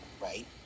Right